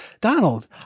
Donald